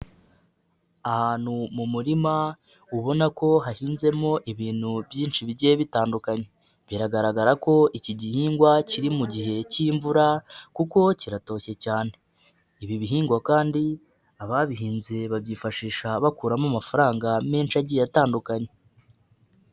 Ahantu mu murima ubona ko hahinzemo ibintu byinshi bigiye bitandukanye, biragaragara ko iki gihingwa kiri mu gihe cy'imvura kuko kiratoshye cyane, ibi bihingwa kandi ababihinze babyifashisha bakuramo amafaranga menshi agiye atandukanye.